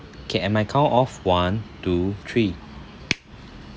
okay and my count of one two three